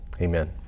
Amen